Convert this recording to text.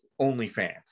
OnlyFans